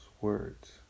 words